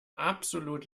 absolut